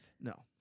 No